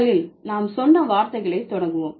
முதலில் நாம் சொன்ன வார்த்தைகளை தொடங்குவோம்